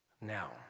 Now